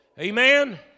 amen